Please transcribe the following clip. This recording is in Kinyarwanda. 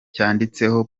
cyanditseho